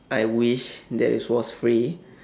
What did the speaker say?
I wish that it was free